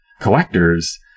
collectors